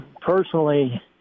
personally